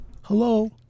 Hello